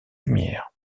lumières